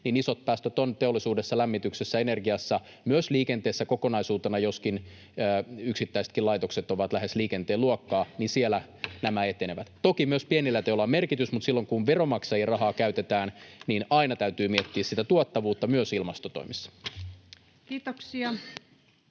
oikein kuvaili, teollisuudessa, lämmityksessä, energiassa, myös liikenteessä kokonaisuutena, joskin yksittäisetkin laitokset ovat lähes liikenteen luokkaa, koskevat asiat siellä etenevät. Toki myös pienillä teoilla on merkitys, mutta silloin kun veronmaksajien rahaa käytetään, niin aina täytyy miettiä sitä tuottavuutta myös ilmastotoimissa. Arvoisa